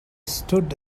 stood